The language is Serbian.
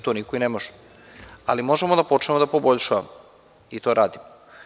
To niko ne može, ali možemo da počnemo da poboljšavamo i to radimo.